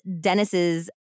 Dennis's